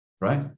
right